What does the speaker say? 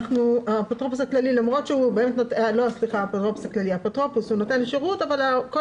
האפוטרופוס הוא נותן שירות אבל כל